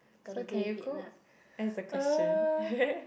it's okay you cook that's the question